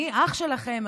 אני אח שלכם,